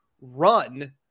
run